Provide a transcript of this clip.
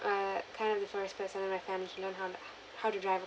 uh kind of the first person in my family to learn how t~ how to drive a